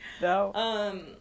No